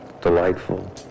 delightful